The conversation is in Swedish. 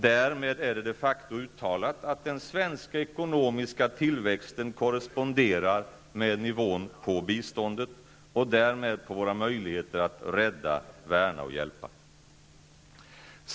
Därmed är det de facto uttalat att den svenska ekonomiska tillväxten korresponderar med nivån på biståndet, och därmed på våra möjligheter att rädda, värna och hjälpa.